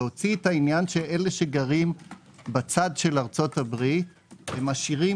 להוציא העניין שאלה שגרים בצד של ארצות הברית עשירים